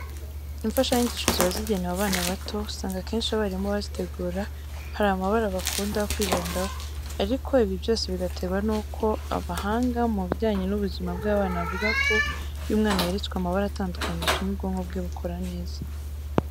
Imfashanyigisho ziba zigenewe abana bato, usanga akenshi abarimu bazitegura hari amabara bakunda kwibandaho, ariko ibi byose bigaterwa nuko abahanga mu bijyanye n'ubuzima bw'abana bavuga ko iyo umwana yeretswe amabara atandukanye bituma ubwonko bwe bukora neza.